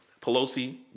Pelosi